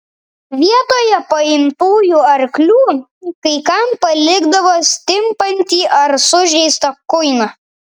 vietoje paimtųjų arklių kai kam palikdavo stimpantį ar sužeistą kuiną